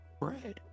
bread